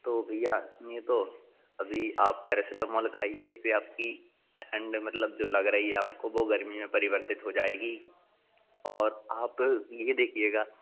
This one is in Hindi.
तो भैया सुनिए तो अभी आप पेरेसिटामोल खाइए फिर आपकी ठंड मतलब जो लग रही है आपको वो गर्मी में परिवर्तित हो जाएगी और आप यह देखिएगा